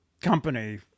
company